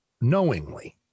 knowingly